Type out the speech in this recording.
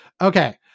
Okay